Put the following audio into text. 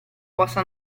possa